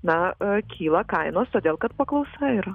na a kyla kainos todėl kad paklausa yra